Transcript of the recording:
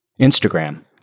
Instagram